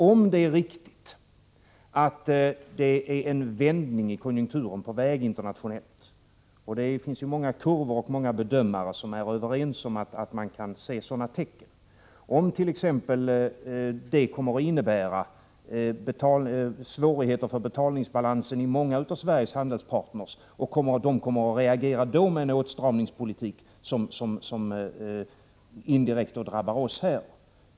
Om det är riktigt att en vändning av konjunkturen är på väg internationellt — det finns ju många kurvor och bedömningar som är överens om att man kan se sådana tecken — kan det innebära svårigheter för betalningsbalansen hos många av Sveriges handelspartner. De kan då reagera med åtstramningspolitik som indirekt drabbar oss.